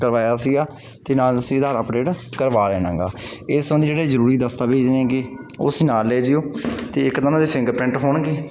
ਕਰਵਾਇਆ ਸੀਗਾ ਅਤੇ ਨਾਲ ਅਸੀਂ ਆਧਾਰ ਅਪਡੇਟ ਕਰਵਾ ਲੈਣਾ ਗਾ ਇਸ ਸੰਬੰਧੀ ਜਿਹੜੇ ਜ਼ਰੂਰੀ ਦਸਤਾਵੇਜ਼ ਨੇਗੇ ਉਹ ਤੁਸੀਂ ਨਾਲ ਲੈ ਜਿਓ ਅਤੇ ਇੱਕ ਤਾਂ ਉਹਨਾਂ ਦੇ ਫਿੰਗਰ ਪ੍ਰਿੰਟ ਹੋਣਗੇ